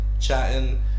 chatting